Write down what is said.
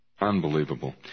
Unbelievable